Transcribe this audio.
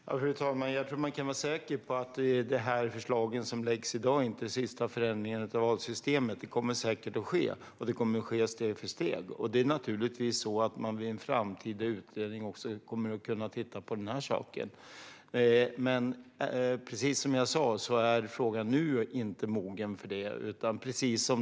Fru talman! Jag tror att man kan vara säker på att de här förslagen som läggs i dag inte är de sista förändringarna av valsystemet. Det kommer säkert att ske, och det kommer att ske steg för steg. Det är naturligtvis så att man i en framtida utredning också kommer att kunna titta på den här saken. Men precis som jag sa är frågan inte mogen för det nu.